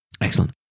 Excellent